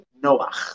noach